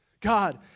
God